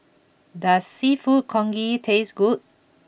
does Seafood Congee taste good